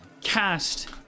cast